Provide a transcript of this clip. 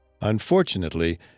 Unfortunately